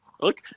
Look